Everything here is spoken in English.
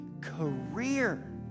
career